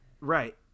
Right